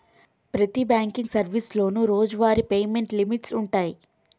ప్రతి బాంకింగ్ సర్వీసులోనూ రోజువారీ పేమెంట్ లిమిట్స్ వుంటయ్యి